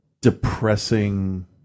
depressing